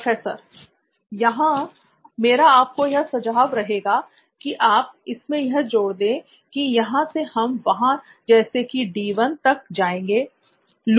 professor यहां मेरा आपको यह सुझाव रहेगा कि आप इसमें यह जोड़ दें की यहां से हम वहां जैसे कि D1 तक जाएंगे